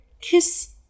kiss